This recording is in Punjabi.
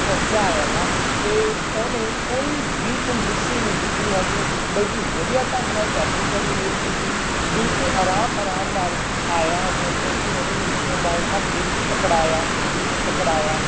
ਪਹੁੰਚਾਇਆ ਹੈਗਾ ਅਤੇ ਉਹਨੇ ਕੋਈ ਵੀ ਕੰਜੂਸੀ ਨਹੀਂ ਕੀਤੀ ਹੈਗੀ ਬਲਕਿ ਵਧੀਆ ਢੰਗ ਨਾਲ ਪੈਕਿੰਗ ਕਰੀ ਹੋਈ ਸੀਗੀ ਬਿਲਕੁਲ ਆਰਾਮ ਆਰਾਮ ਨਾਲ ਆਇਆ ਉਹ ਬਲਕਿ ਉਹਨੇ ਮੈਨੂੰ ਮੋਬਾਇਲ ਹੱਥ ਦੇ ਵਿੱਚ ਪਕੜਾਇਆ ਬਿੱਲ ਪਕੜਾਇਆ